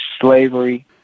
slavery